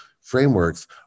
frameworks